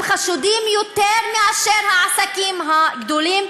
הם חשודים יותר מאשר העסקים הגדולים,